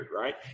right